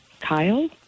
Kyle